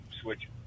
switch